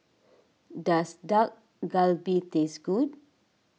does Dak Galbi taste good